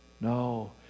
no